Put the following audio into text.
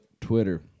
Twitter